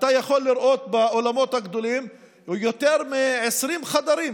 ואתה יכול לראות באולמות הגדולים יותר מ-20 חדרים